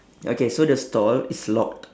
okay so the stall is locked